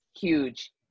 huge